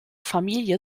familie